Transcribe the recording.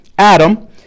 Adam